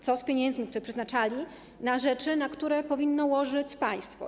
Co z pieniędzmi, które przeznaczali na rzeczy, na które powinno łożyć państwo?